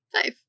Five